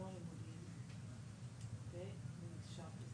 תקבע ארבע שעות